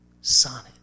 sonnet